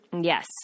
yes